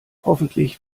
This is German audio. hoffentlich